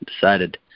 decided